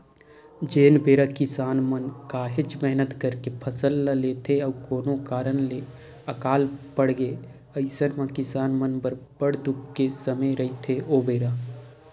जेन बेरा किसान मन काहेच मेहनत करके फसल ल लेथे अउ कोनो कारन ले अकाल पड़गे अइसन म किसान मन बर बड़ दुख के समे रहिथे ओ बेरा